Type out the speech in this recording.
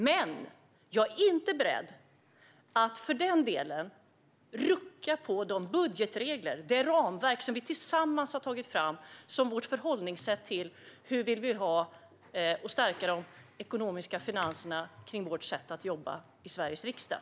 Men jag är inte beredd att för den delen rucka på de budgetregler, det ramverk, som vi tillsammans har tagit fram, förhållningssättet till hur vi vill stärka de ekonomiska finanserna i vårt arbete i Sveriges riksdag.